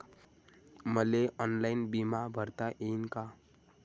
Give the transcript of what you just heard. मले ऑनलाईन बिमा भरता येईन का?